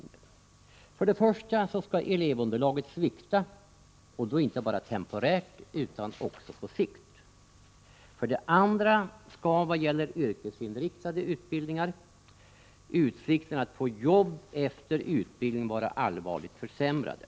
För det första skall elevunderlaget svikta, inte bara temporärt utan också på sikt. För det andra skall vad gäller yrkesinriktade utbildningar utsikterna att få jobb efter utbildningen vara allvarligt försämrade.